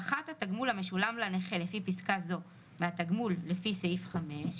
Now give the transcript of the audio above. פחת התגמול המשולם לנכה לפי פסקה זו מהתגמול לפי סעיף 5,